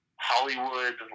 Hollywood